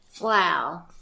Wow